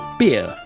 beer.